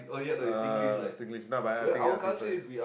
uh Singlish not but I think I think it's fine